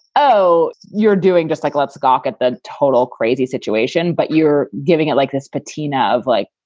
oh, you're doing just like let's gawk at the total crazy situation, but you're giving it like this patina of like.